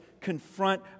confront